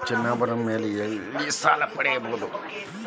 ನನ್ನ ಚಿನ್ನಾಭರಣಗಳ ಮೇಲೆ ನಾನು ಎಲ್ಲಿ ಸಾಲ ಪಡೆಯಬಹುದು?